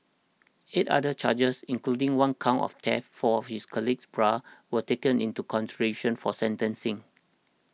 eight other charges including one count of theft for his colleague's bra were taken into consideration for sentencing